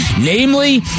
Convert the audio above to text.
Namely